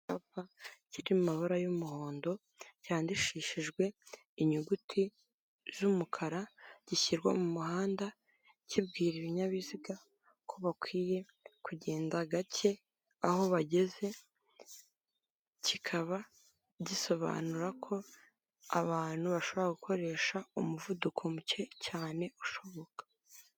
Icyapa kiri mu mabara y'umuhondo cyandishishijwe inyuguti z'umukara gishyirwa mu muhanda kibwira ibinyabiziga ko bakwiye kugenda gake aho bageze, kikaba gisobanura ko abantu bashobora gukoresha umuvuduko muke cyane ushoboka.